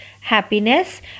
happiness